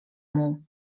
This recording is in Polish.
muł